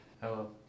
Hello